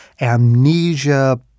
amnesia